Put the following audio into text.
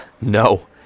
No